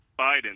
Biden